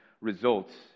results